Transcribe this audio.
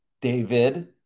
David